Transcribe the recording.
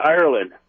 ireland